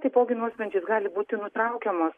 taipogi nuosprendžiu gali būti nutraukiamos